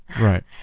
Right